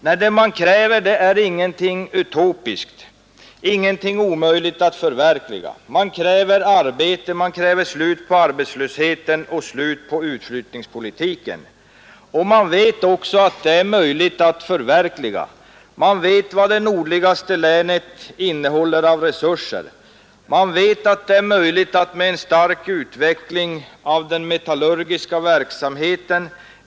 Nej, vad de kräver är ingenting utopiskt, ingenting omöjligt att förverkliga. Men de kräver arbete, slut på arbetslösheten och slut på utflyttningspolitiken. De vet också att detta är möjligt att förverkliga. De vet vilka resurser det nordligaste länet har. De vet att det är möjligt med en en stark utveckling av den metallurgiska verksamheten.